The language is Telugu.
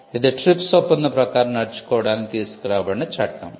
ఇది TRIPS ఒప్పందం ప్రకారం నడుచుకోవడానికి తీసుకు రాబడిన చట్టం